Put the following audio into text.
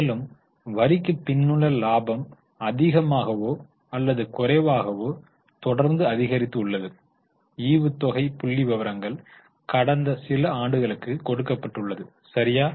மேலும் வரிக்கு பின்னுள்ள லாபம் அதிகமாகவோ அல்லது குறைவாகவோ தொடர்ந்து அதிகரித்துள்ளது ஈவுத்தொகை புள்ளிவிவரங்கள் கடந்த சில ஆண்டுகளுக்கு கொடுக்கப்பட்டுள்ளது சரியா